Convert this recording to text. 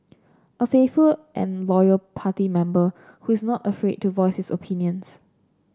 a faithful and loyal party member who is not afraid to voice his opinions